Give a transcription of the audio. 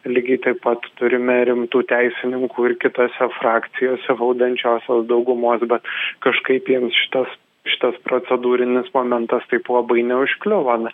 lygiai taip pat turime rimtų teisininkų ir kitose frakcijose valdančiosios daugumos bet kažkaip jiems šitas šitas procedūrinis momentas taip labai neužkliuvo n